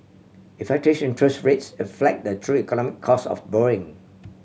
interest rates reflect the true economic cost of borrowing